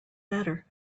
matter